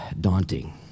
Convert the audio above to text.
daunting